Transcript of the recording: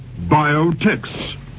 biotechs